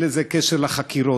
אין לזה קשר לחקירות,